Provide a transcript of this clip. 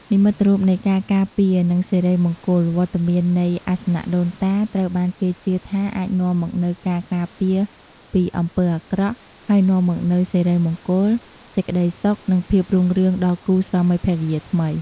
និមិត្តរូបនៃការការពារ និងសិរីមង្គល វត្តមាននៃអាសនៈដូនតា ត្រូវបានគេជឿថាអាចនាំមកនូវការការពារពីអំពើអាក្រក់ ហើយនាំមកនូវសិរីមង្គល សេចក្ដីសុខ និងភាពរុងរឿងដល់គូស្វាមីភរិយាថ្មី។